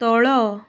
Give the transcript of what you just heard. ତଳ